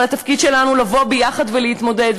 אבל התפקיד שלנו הוא לבוא ביחד ולהתמודד,